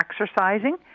exercising